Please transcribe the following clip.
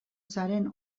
zaren